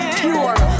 pure